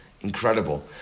Incredible